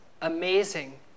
amazing